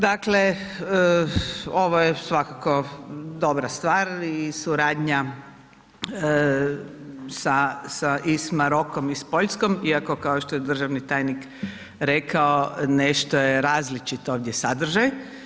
Dakle, ovo je svakako dobra stvar i suradnja sa i s Marokom i s Poljskom, iako, kao što je državni tajnik rekao, nešto je različito ovdje sadržaj.